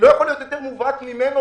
יכול להיות יותר מובהק ממנו,